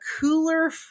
cooler